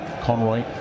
Conroy